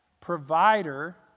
provider